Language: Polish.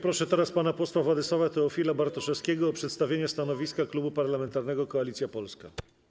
Proszę teraz pana posła Władysława Teofila Bartoszewskiego o przedstawienie stanowiska Klubu Parlamentarnego Koalicja Polska.